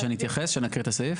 שנקריא את הסעיף?